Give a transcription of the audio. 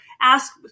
ask